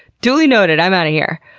duly noted! i'm outta here!